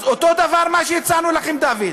אז אותו דבר הצענו לכם, דוד: